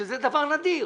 שזה דבר נדיר,